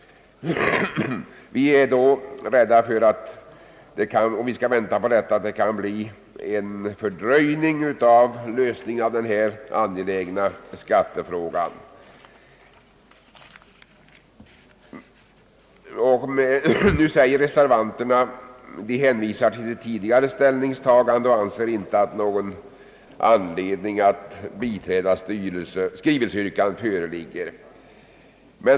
Vi är rädda för att en lösning av denna angelägna skattefråga kan bli fördröjd om vi skall vänta på utredningens slutliga förslag. Nu hänvisar reservanterna till sitt tidigare ställningstagande och anser att det inte föreligger någon anledning att biträda skrivelseyrkandet.